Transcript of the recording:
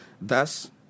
Thus